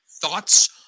thoughts